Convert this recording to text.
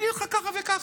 הוא יגיד לך ככה וככה.